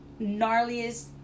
gnarliest